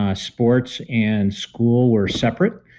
ah sports and school were separate.